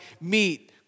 meet